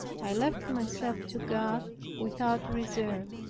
i left myself to god without reserve,